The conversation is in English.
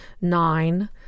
nine